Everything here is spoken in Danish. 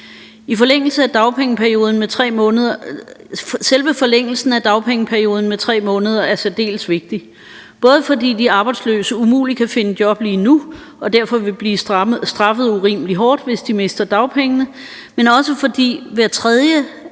Selve forlængelsen af dagpengeperioden med 3 måneder er særdeles vigtig, både fordi de arbejdsløse umuligt kan finde job lige nu og derfor vil blive straffet urimelig hårdt, hvis de mister dagpengene, men også fordi hver tredje